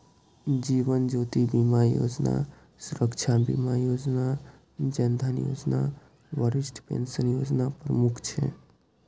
जीवन Jyoti Bima Yojana, Suraksha Bima Yojana, Jan Dhan Yojana, Varishtha pension Yojana प्रमुख छै